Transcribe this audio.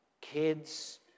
kids